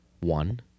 One